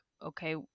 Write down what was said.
Okay